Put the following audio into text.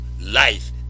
life